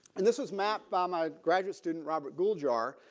and this was mapped by my graduate student, robert gouljar,